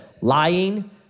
lying